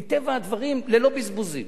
מטבע הדברים, ללא בזבוזים.